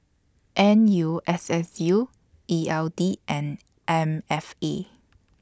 N U S S U E L D and M F E